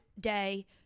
day